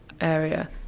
area